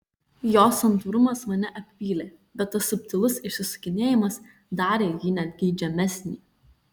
jo santūrumas mane apvylė bet tas subtilus išsisukinėjimas darė jį net geidžiamesnį